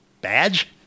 badge